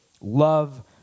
love